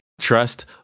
trust